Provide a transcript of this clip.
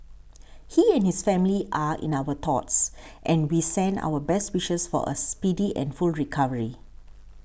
he and his family are in our thoughts and we send our best wishes for a speedy and full recovery